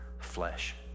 flesh